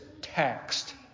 taxed